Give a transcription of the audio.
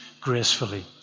gracefully